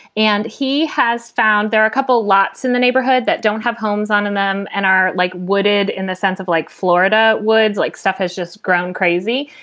and he has found there are a couple lots in the neighborhood that don't have homes on them and are like wooded in the sense of like florida woods like stuff has just grown crazy.